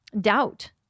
doubt